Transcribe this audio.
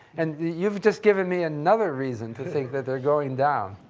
and you've just given me another reason to think that they're going down.